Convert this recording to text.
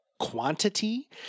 quantity